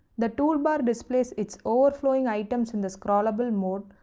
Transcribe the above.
the toolbar displays it's overflowing items in the scrollable mode,